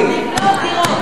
לקנות דירות.